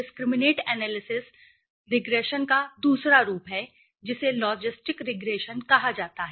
discriminant analysis दूसरा रिग्रेशनका रूप है जिसे लॉजिस्टिक रिग्रेशनकहा जाता है